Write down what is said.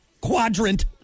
quadrant